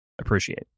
appreciate